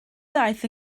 ddaeth